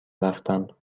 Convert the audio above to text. رفتم